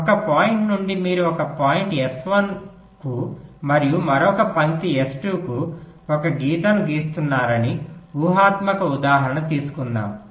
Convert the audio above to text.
1 point నుండి మీరు ఒక పాయింట్ S1 కు మరియు మరొక పంక్తి S2 కు ఒక గీతను గీస్తున్నారని ఊహాత్మక ఉదాహరణను తీసుకుందాం